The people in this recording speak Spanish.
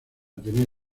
tener